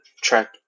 track